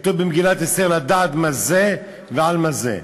כתוב במגילת אסתר, לדעת מה זה ועל מה זה.